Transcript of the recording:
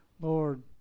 Lord